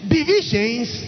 Divisions